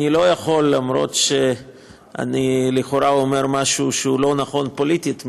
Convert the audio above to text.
אני לא יכול אומנם לכאורה אני אומר משהו שהוא לא נכון פוליטית,